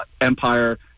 empire